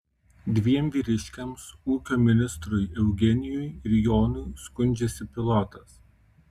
dviem vyriškiams ūkio ministrui eugenijui ir jonui skundžiasi pilotas